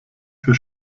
für